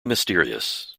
mysterious